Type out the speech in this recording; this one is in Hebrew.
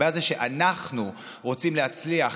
הבעיה היא שאנחנו רוצים להצליח